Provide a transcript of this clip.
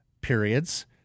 periods